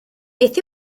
beth